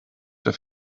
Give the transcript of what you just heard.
der